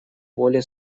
более